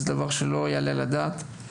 זה דבר שלא יעלה על הדעת.